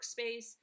workspace